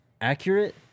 accurate